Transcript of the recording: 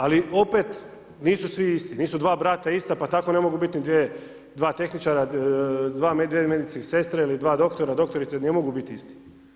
Ali, opet nisu svi isti, nisu dva brata ista, pa tako ne mogu biti ni dva tehničara, dvije medicinske sestre ili dva doktora, doktorice ne mogu biti isti.